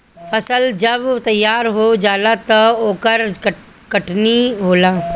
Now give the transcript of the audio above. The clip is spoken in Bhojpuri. फसल जब तैयार हो जाला त ओकर कटनी होला